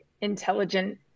intelligent